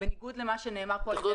בניגוד למה שנאמר כאן על ידי